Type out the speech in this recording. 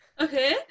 Okay